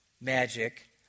magic